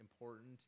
important